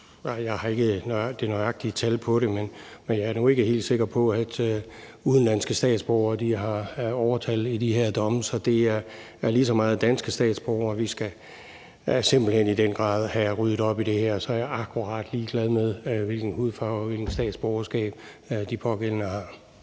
jeg har ikke det nøjagtige tal på det – at udenlandske statsborgere har overtal, så det er lige så meget danske statsborgere. Vi skal i den grad simpelt hen have ryddet op i det her, og så er jeg ligeglad med, hvilken hudfarve og hvilket statsborgerskab de pågældende har.